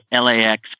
LAX